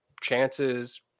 chances